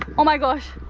oh my gosh.